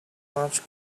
much